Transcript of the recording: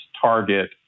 target